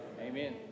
amen